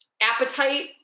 appetite